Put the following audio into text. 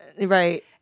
Right